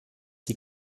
die